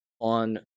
on